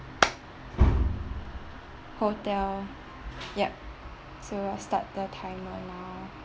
hotel yup so I'll start the timer now